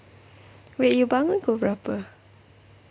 wait you bangun pukul berapa